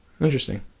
Interesting